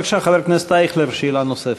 בבקשה, חבר הכנסת אייכלר, שאלה נוספת.